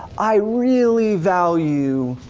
i really value